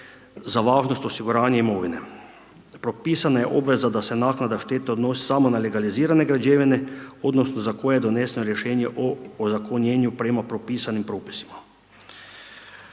za važnost osiguranja imovine. Propisana je obveza da se naknada štete odnosi samo na legalizirane građevine odnosno za koje je doneseno rješenje o ozakonjenju prema propisanim propisima.